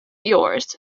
yours